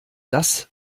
das